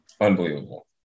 Unbelievable